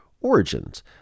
origins